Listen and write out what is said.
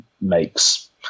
makes